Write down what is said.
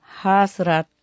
Hasrat